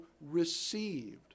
received